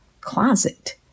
closet